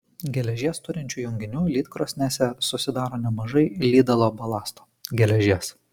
geležies turinčių junginių lydkrosnėse susidaro nemažai lydalo balasto geležies